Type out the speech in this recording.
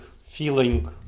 feeling